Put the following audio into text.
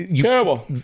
Terrible